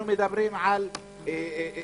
אנחנו מדברים על 70